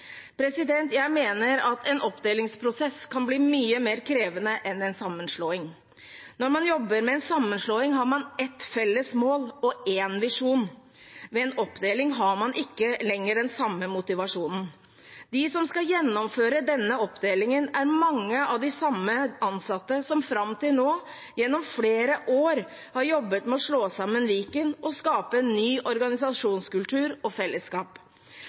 Jeg mener at en oppdelingsprosess kan bli mye mer krevende enn en sammenslåing. Når man jobber med en sammenslåing, har man ett felles mål og én visjon. Ved en oppdeling har man ikke lenger den samme motivasjonen. De som skal gjennomføre denne oppdelingen, er mange av de samme ansatte som fram til nå gjennom flere år har jobbet med å slå sammen Viken og skape en ny organisasjonskultur og et nytt fellesskap.